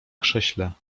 krześle